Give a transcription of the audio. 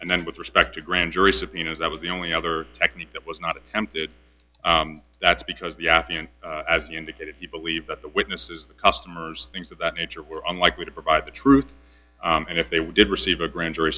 and then with respect to grand jury subpoenas that was the only other technique that was not attempted that's because the as you indicate if you believe that the witness is the customers things of that nature were unlikely to provide the truth and if they were did receive a grand jury